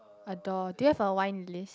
a door do you have a wine list